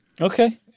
okay